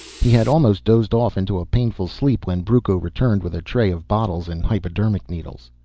he had almost dozed off into a painful sleep when brucco returned with a tray of bottles and hypodermic needles.